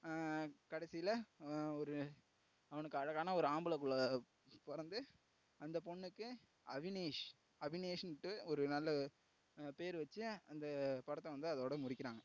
கடைசியில ஒரு அவனுக்கு அழகான ஒரு ஆம்பளை பிள்ள பிறந்து அந்த பொண்ணுக்கு அபினேஷ் அபினேஷ்ன்ட்டு ஒரு நல்ல பேர் வச்சு அந்த படத்தை வந்து அதோட முடிக்கிறாங்க